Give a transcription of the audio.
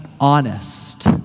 honest